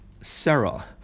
Sarah